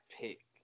pick